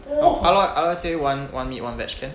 aloy aloy say one one meat one veg can